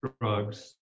drugs